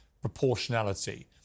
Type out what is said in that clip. proportionality